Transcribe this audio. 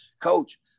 Coach